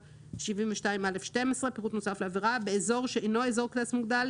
סידוריהתקנההקנס 12א 72(א)(12)באזור שאיננו אזור קנס מוגדל,